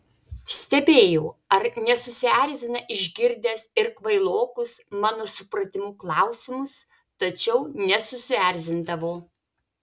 stebėjau ar nesusierzina išgirdęs ir kvailokus mano supratimu klausimus tačiau nesusierzindavo